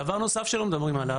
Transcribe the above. דבר נוסף שלא מדברים עליו.